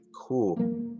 cool